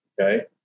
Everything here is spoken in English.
Okay